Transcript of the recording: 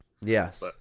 yes